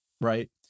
right